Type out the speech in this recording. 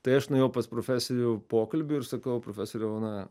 tai aš nuėjau pas profesorių pokalbiui ir sakau profesoriau na